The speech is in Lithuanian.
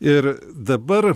ir dabar